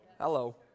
Hello